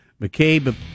McCabe